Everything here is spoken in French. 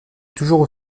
toujours